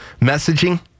messaging